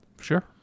Sure